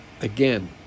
again